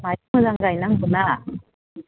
मोजां गायनांगौना